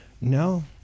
No